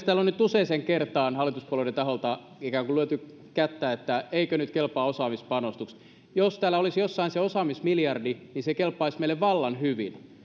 täällä on nyt useaan kertaan hallituspuolueiden taholta ikään kuin lyöty kättä että eikö nyt kelpaa osaamispanostukset jos täällä olisi jossain se osaamismiljardi niin se kelpaisi meille vallan hyvin